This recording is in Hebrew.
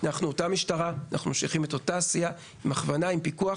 אנחנו אותה משטרה ואנחנו ממשיכים את אותה עשייה עם הכוונה ועם פיקוח.